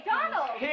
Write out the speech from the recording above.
Donald